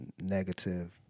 negative